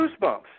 goosebumps